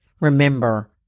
Remember